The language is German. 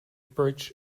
bridge